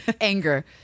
anger